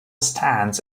stands